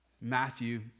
Matthew